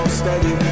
steady